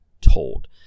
told